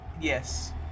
yes